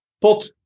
pot